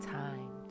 time